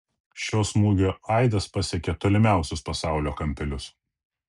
šio smūgio aidas pasiekė tolimiausius pasaulio kampelius